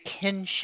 kinship